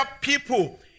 people